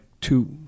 two